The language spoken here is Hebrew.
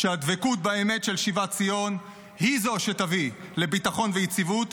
שהדבקות באמת של שיבת ציון היא זו שתביא לביטחון ויציבות,